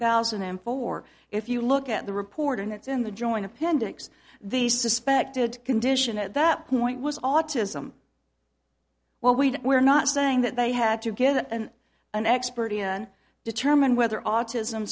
thousand and four if you look at the report and it's in the joint appendix these suspected condition at that point was autism well we don't we're not saying that they had to get it and an expert in determine whether autism